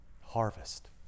Harvest